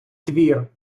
твір